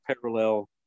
parallel